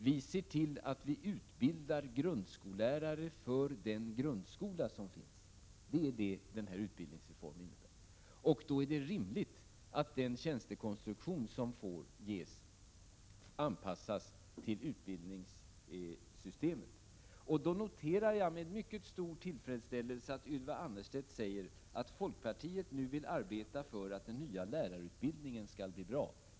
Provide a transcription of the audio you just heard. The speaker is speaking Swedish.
Vi ser till att vi utbildar grundskollärare för den grundskola som finns. Det är detta som denna reform innebär. Då är det rimligt att den tjänstekonstruktion som ges anpassas till utbildningssystemet. Jag noterar i detta sammanhang med mycket stor tillfredsställelse att Ylva Annerstedt säger att folkpartiet nu vill arbeta för att den nya lärarutbildningen skall bli bra.